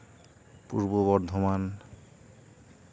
Purba Bardhaman